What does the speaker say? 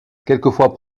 quelquefois